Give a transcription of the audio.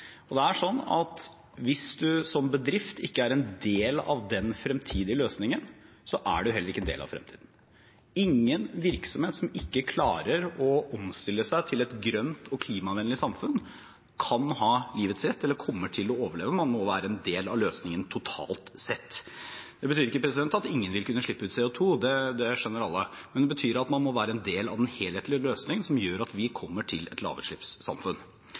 Hvis en bedrift ikke er en del av den fremtidige løsningen, er den heller ikke en del av fremtiden. Ingen virksomhet som ikke klarer å omstille seg til et grønt og klimavennlig samfunn, kan ha livets rett eller kommer til å overleve. Man må være en del av løsningen totalt sett. Det betyr ikke at ingen vil kunne slippe ut CO 2 – det skjønner alle – men det betyr at man må være en del av en helhetlig løsning som gjør at vi kommer til et lavutslippssamfunn.